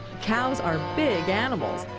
cows are big animals.